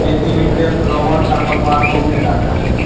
खेती में प्रयुक्त रोबोट खरपतवार को भी हँटाता है